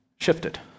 shifted